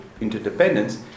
interdependence